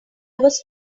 was